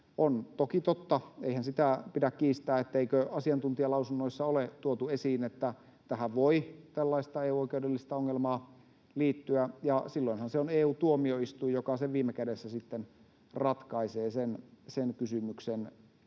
On toki totta, eihän sitä pidä kiistää, etteikö asiantuntijalausunnoissa ole tuotu esiin, että tähän voi tällaista EU-oikeudellista ongelmaa liittyä. Ja silloinhan se on EU-tuomioistuin, joka sen kysymyksen